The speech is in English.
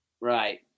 Right